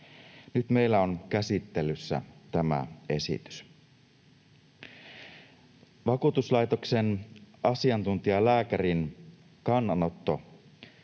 Nyt meillä on käsittelyssä tämä esitys. Vakuutuslaitoksen asiantuntijalääkärin kannanotto